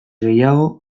gehiago